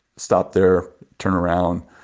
stop there. turn around.